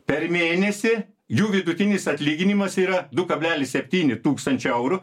per mėnesį jų vidutinis atlyginimas yra du kablelis septyni tūkstančiai eurų